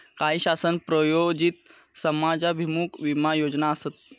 काही शासन प्रायोजित समाजाभिमुख विमा योजना आसत